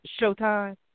Showtime